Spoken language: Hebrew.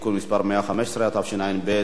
התשע"ב 2012,